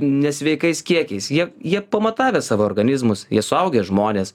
nesveikais kiekiais jie jie pamatavę savo organizmus jie suaugę žmonės